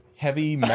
heavy